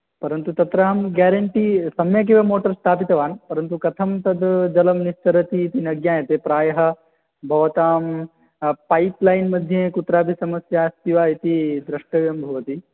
परन्तु तत्राहं गेरण्टी सम्यगेव मोटर् स्थापितवान् परन्तु कथं तद् जलं निस्सरति इति न ज्ञायते प्रायः भवतां पैप्लैन् मध्ये कुत्राऽपि समस्या अस्ति वा इति द्रष्टव्यं भवति